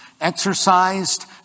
exercised